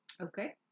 Okay